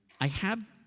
i have.